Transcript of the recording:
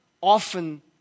often